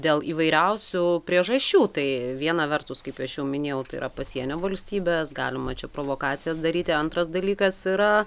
dėl įvairiausių priežasčių tai viena vertus kaip aš jau minėjau tai yra pasienio valstybės galima čia provokacijas daryti antras dalykas yra